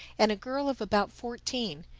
and a girl of about fourteen,